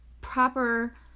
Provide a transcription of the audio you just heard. proper